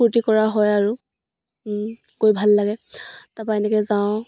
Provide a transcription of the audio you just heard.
ফূৰ্তি কৰা হয় আৰু গৈ ভাল লাগে তাৰপৰা এনেকৈ যাওঁ